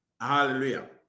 hallelujah